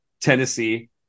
Tennessee